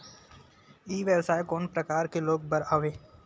ई व्यवसाय कोन प्रकार के लोग बर आवे?